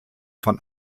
von